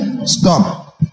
Stop